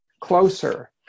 closer